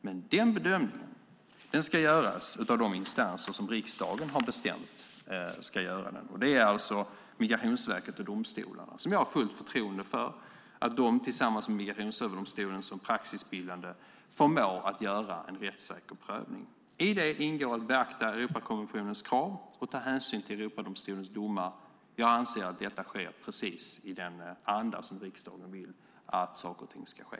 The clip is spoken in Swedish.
Men den bedömningen ska göras av de instanser som riksdagen har bestämt ska göra den. Det är alltså Migrationsverket och domstolarna, och jag har fullt förtroende för att de tillsammans med Migrationsöverdomstolen som praxisbildande förmår att göra en rättssäker prövning. I det ingår att beakta Europakommissionens krav och ta hänsyn till Europadomstolens domar. Jag anser att detta sker precis i den anda som riksdagen vill att saker och ting ska ske.